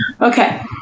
okay